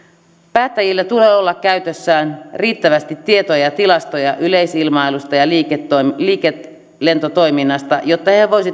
päättäjillä tulee olla käytössään riittävästi tietoja ja tilastoja yleisilmailusta ja liikelentotoiminnasta jotta